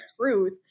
truth